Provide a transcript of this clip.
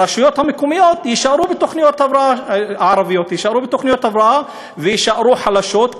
הרשויות המקומיות הערביות יישארו בתוכניות הבראה ויישארו חלשות,